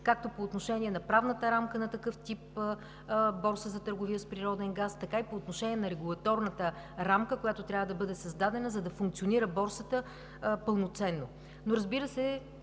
както по отношение на правната рамка на такъв тип борса за търговия с природен газ, така и по отношение на регулаторната рамка, която трябва да бъде създадена, за да функционира борсата пълноценно. Разбира се,